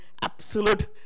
absolute